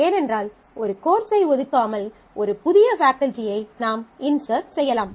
ஏனென்றால் ஒரு கோர்ஸை ஒதுக்காமல் ஒரு புதிய ஃபேக்கல்டியை நாம் இன்சர்ட் செய்யலாம்